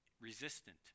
resistant